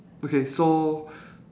okay so